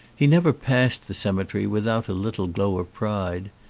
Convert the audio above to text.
he never passed the ceme tery without a little glow of pride.